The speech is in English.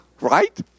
Right